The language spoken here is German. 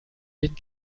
den